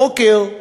הבוקר,